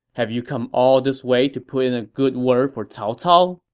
have you come all this way to put in a good word for cao cao?